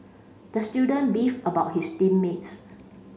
the student beefed about his team mates